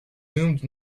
loomed